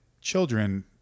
children